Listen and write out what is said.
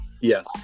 Yes